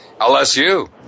LSU